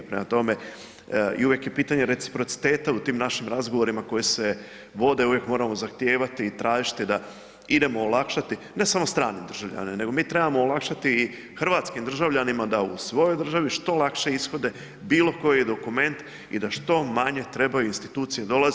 Prema tome, i uvijek je pitanje reciprociteta u tim našim razgovorima koji se vode, uvijek moramo zahtijevati i tražiti da idemo olakšati ne samo stranim državljanima, nego mi trebamo olakšati i hrvatskim državljanima da u svojoj državi što lakše ishode bilo koji dokument i da što manje trebaju u institucije dolaziti.